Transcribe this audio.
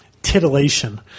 titillation